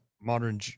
modern